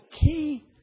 key